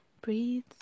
breathe